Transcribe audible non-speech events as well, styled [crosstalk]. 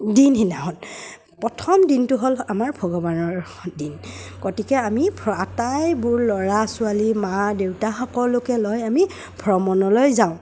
দিন [unintelligible] প্ৰথম দিনটো হ'ল আমাৰ ভগৱানৰ দিন গতিকে আমি আটাইবোৰ ল'ৰা ছোৱালী মা দেউতা সকলোকে লৈ আমি ভ্ৰমণলৈ যাওঁ